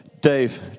Dave